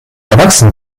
erwachsen